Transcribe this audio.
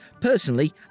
Personally